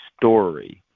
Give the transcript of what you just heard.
story